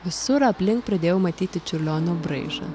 visur aplink pradėjau matyti čiurlionio braižą